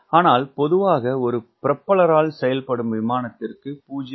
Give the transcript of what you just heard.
ஆனால் பொதுவாக ஒரு புரொபல்லரால் செயல்படும் விமானத்திற்கு 0